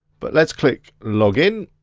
but let's click login.